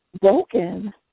broken